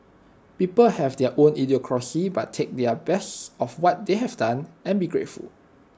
people have their own idiosyncrasy but take their best of what they have done and be grateful